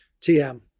TM